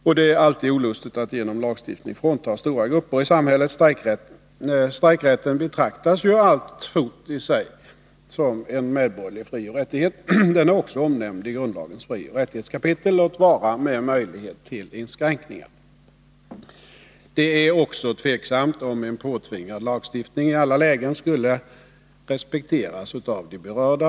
Och det är alltid olustigt att genom lagstiftning frånta stora grupper i samhället strejkrätt. Strejkrätten betraktas ju alltfort i sig som en medborgerlig frioch rättighet. Den är också omnämnd i grundlagens frioch rättighetskapitel— låt vara med möjlighet till inskränkningar. Det är också tveksamt om en påtvingad lagstiftning i alla lägen skulle respekteras av de berörda.